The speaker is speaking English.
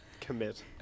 Commit